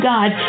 God